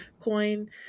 coin